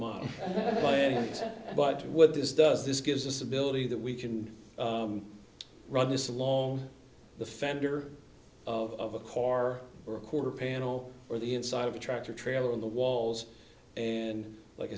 model x but what this does this gives this ability that we can run this along the fender of a car or a quarter panel or the inside of a tractor trailer on the walls and like